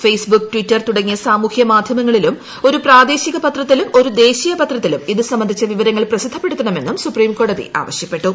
face book Twitter തുടങ്ങിയ സാമൂഹ്യ മാധ്യമങ്ങളിലും ഒരു പ്രാദേശിക പത്രത്തിലും ഒരുദേശീയ പത്രത്തിലും ഇത് സംബന്ധിച്ച വിവരങ്ങൾ പ്രസിദ്ധപ്പെടുത്തണമെന്നും സുപ്രീംകോടതി ആവശ്യപ്പെട്ടു